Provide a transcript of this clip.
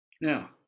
Now